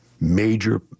major